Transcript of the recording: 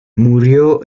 murió